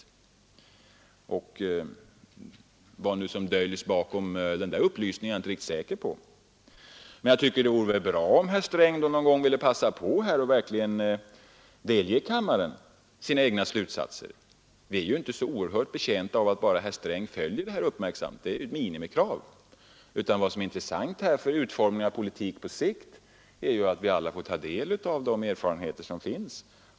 Jag är inte riktigt säker på vad som döljes bakom denna upplysning. Men det vore bra om herr Sträng ville passa på att delge kammaren sina egna slutsatser. Vi är inte så oerhört betjänta av enbart det faktum att herr Sträng följer frågan med uppmärksamhet. Det är ju ett minimikrav. Vad som vore intressant för en utformning av en politik på sikt är att vi alla får ta del av de erfarenheter som finns.